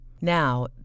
Now